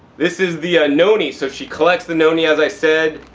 this is the ah noni. so she collect the noni, as i said,